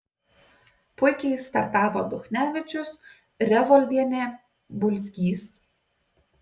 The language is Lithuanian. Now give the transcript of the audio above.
puikiai startavo duchnevičius revoldienė bulzgys